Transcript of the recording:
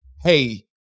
hey